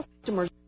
customers